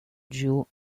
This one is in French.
duo